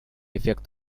эффект